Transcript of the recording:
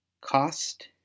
Cost